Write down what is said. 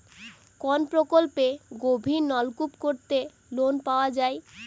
কোন প্রকল্পে গভির নলকুপ করতে লোন পাওয়া য়ায়?